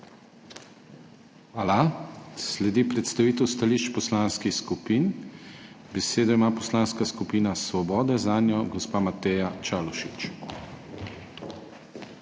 Hvala. Sledi predstavitev stališč poslanskih skupin. Besedo ima Poslanska skupina Svobode, zanjo gospa Mateja Čalušić.